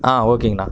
ஆ ஓகேங்கண்ணா